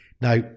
Now